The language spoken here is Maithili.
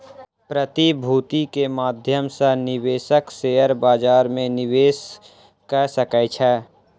प्रतिभूति के माध्यम सॅ निवेशक शेयर बजार में निवेश कअ सकै छै